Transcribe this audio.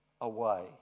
away